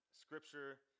scripture